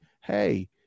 hey